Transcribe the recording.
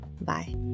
bye